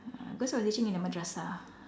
uh because I was teaching in a madrasah